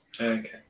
Okay